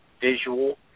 visual